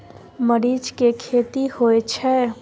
मरीच के खेती होय छय?